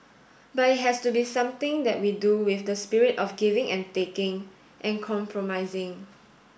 but it has to be something that we do with the spirit of giving and taking and compromising